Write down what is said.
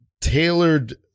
tailored